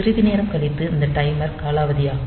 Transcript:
சிறிது நேரம் கழித்து இந்த டைமர் காலாவதியாகும்